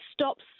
stops